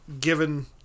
given